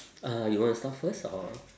uh you wanna start first or